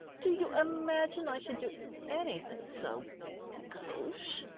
do you imagine i should do anything so gauche?